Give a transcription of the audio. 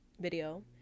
video